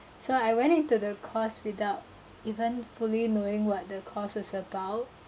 so I went into the course without even fully knowing what the course was about